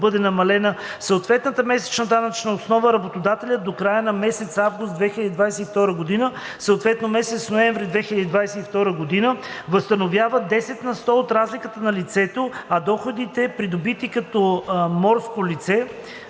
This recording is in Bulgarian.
бъде намалена съответната месечна данъчна основа, работодателят до края на месец август 2022 г., съответно месец ноември 2022 г., възстановява 10 на сто от разликата на лицето, а за доходите, придобити като морско лице